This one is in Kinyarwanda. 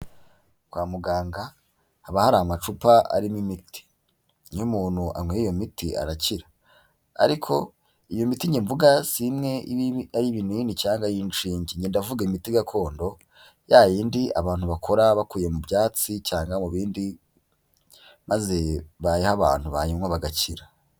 Kwa muganga haba hari amacupa arimo imiti. Iyo umuntu anywe iyo miti arakira. Ariko iyo miti nge mvuga si imwe iba ar'iy'ibinini cyangwa inshinge. Nge ndavuga imiti gakondo ya yindi abantu bakora bakuye mu byatsi cyane mu bindi maze bayiha abantu bayinywa bagakira.